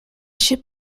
ship